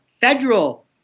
federal